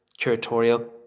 curatorial